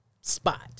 spot